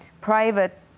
private